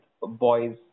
boys